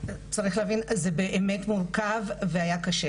וצריך להבין שזה היה מורכב וקשה.